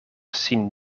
sin